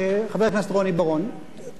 תקרא קריאות ביניים לנאום שאתה מקשיב לו